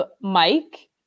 Mike